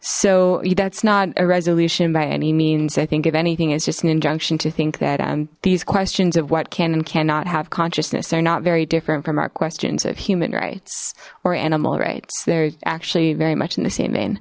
so that's not a resolution by any means i think if anything is just an injunction to think that these questions of what can and cannot have consciousness they're not very different from our questions of human rights or animal rights they're actually very much in the same